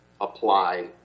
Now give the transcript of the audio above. apply